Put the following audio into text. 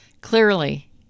clearly